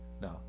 No